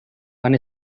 han